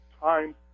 time